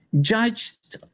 judged